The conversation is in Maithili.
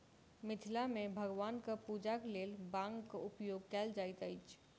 मिथिला मे भगवानक पूजाक लेल बांगक उपयोग कयल जाइत अछि